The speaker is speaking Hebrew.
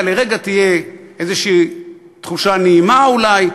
לרגע תהיה איזו תחושה נעימה אולי,